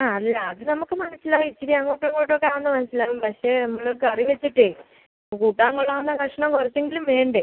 ആ അല്ല അത് നമുക്ക് മനസ്സിലാവും ഇച്ചിരി അങ്ങോട്ടും ഇങ്ങോട്ടും ഒക്കെ ഒന്ന് മനസ്സിലാവും പക്ഷേ നമ്മള് കറി വെച്ചിട്ട് കൂട്ടാൻ കൊള്ളാവുന്ന കഷ്ണം കുറച്ചെങ്കിലും വേണ്ടേ